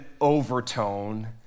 overtone